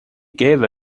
gave